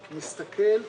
מסתכל,